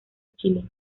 chile